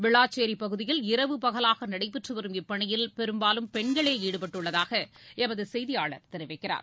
விளாச்சேரி பகுதியில் இரவு பகலாக நடைபெற்றுவரும் இப்பணியில் பெரும்பாலும் பெண்களே ஈடுபட்டுள்ளதாக எமது செய்தியாளர் தெரிவிக்கிறார்